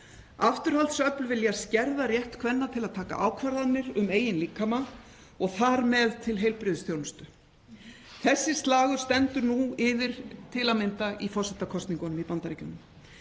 Afturhaldsöfl vilja skerða rétt kvenna til að taka ákvarðanir um eigin líkama og þar með til heilbrigðisþjónustu. Þessi slagur stendur nú yfir til að mynda í forsetakosningunum í Bandaríkjunum.